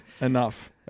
enough